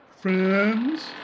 Friends